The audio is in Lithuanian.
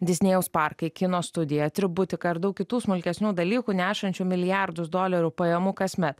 disnėjaus parkai kino studija atributika ir daug kitų smulkesnių dalykų nešančių milijardus dolerių pajamų kasmet